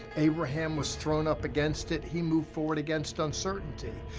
abraham was thrown up against it. he moved forward against uncertainty.